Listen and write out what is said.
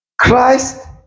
Christ